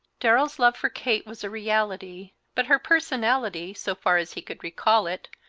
darrell's love for kate was a reality, but her personality, so far as he could recall it,